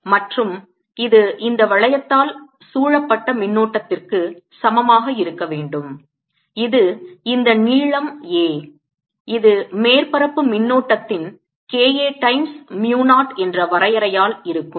மற்றும் இது இந்த வளையத்தால் சூழப்பட்ட மின்னோட்டத்திற்கு சமமாக இருக்க வேண்டும் இது இந்த நீளம் a இது மேற்பரப்பு மின்னோட்டத்தின் K a டைம்ஸ் mu 0 என்ற வரையறையால் இருக்கும்